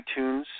iTunes